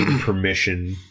permission